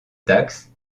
taxe